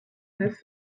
neuf